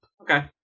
Okay